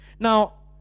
Now